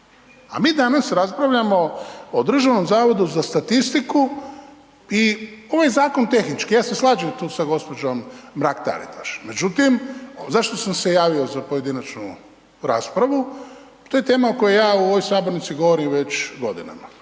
A mi danas raspravljamo o Državnom zavodu za statistiku i ovaj je zakon tehnički ja se slažem tu sa gđom. Mrak-Taritaš. Međutim, zašto sam se javio za pojedinačnu raspravu? To je tema o kojoj ja u ovoj sabornici govorim već godinama.